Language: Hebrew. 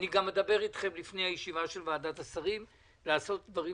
גם אדבר אתכם לפני הישיבה של וועדת השרים לעשות דברים